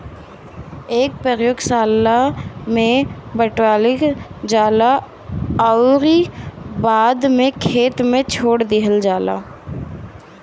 एके प्रयोगशाला में बढ़ावल जाला अउरी बाद में खेते में छोड़ दिहल जाला